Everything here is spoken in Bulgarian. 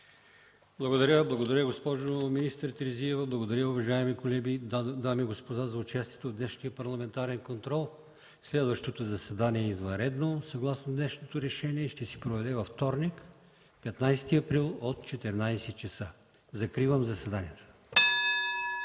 Благодаря, министър Терзиева. Благодаря, уважаеми дами и господа, за участието в днешния парламентарен контрол. Следващото заседание е извънредно, съгласно днешното решение и ще се проведе във вторник – 15 април, от 14,00 ч. Закривам заседанието.